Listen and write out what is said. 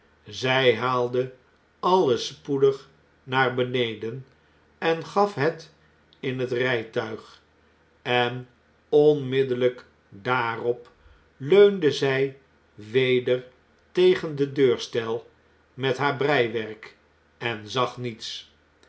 zg haalde alles spoedig naar beneden en gaf het in het rgtuig en onmiddellgk daarop leunde zg weder tegen den deurstgl met haar breiwerk en zag niets